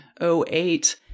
08